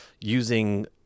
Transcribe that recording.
using